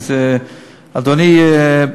אדוני,